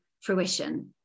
fruition